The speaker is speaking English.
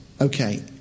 okay